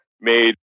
made